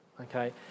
Okay